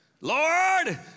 Lord